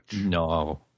No